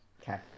Okay